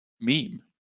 meme